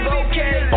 okay